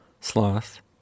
sloth